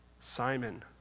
Simon